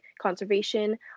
conservation